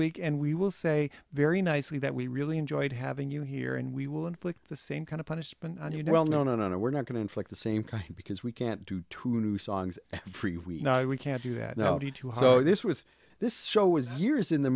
week and we will say very nicely that we really enjoyed having you here and we will inflict the same kind of punishment on you know well no no no no we're not going to inflict the same kind because we can't do two new songs free we know we can't do that no need to hoe this with this show was years in the